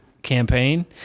campaign